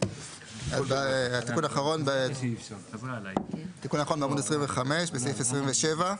תיקון אחרון בעמוד 27 בסעיף (27).